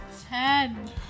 Ten